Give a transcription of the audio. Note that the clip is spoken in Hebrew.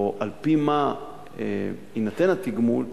או על-פי מה יינתן התגמול,